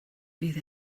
bydd